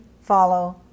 follow